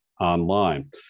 online